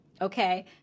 okay